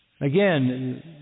Again